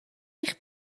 eich